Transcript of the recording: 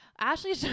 Ashley